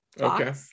Okay